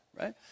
right